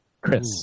Chris